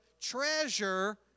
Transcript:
treasure